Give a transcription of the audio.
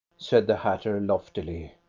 said the hatter loftily.